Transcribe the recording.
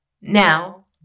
Now